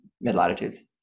mid-latitudes